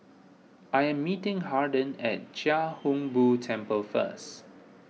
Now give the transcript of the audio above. I am meeting Harden at Chia Hung Boo Temple first